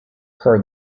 her